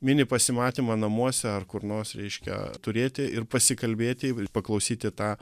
mini pasimatymą namuose ar kur nors reiškia turėti ir pasikalbėti paklausyti tą